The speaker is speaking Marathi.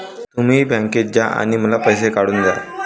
तुम्ही बँकेत जा आणि मला पैसे काढून दया